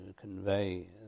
convey